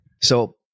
So-